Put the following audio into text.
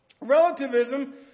relativism